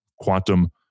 Quantum